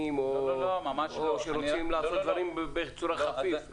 או כאלה שרוצים לעשות דברים בצורה חפיפית.